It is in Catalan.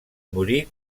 morí